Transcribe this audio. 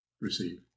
receive